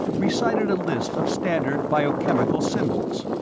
recited a list of standard biochemical symbols.